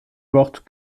mortes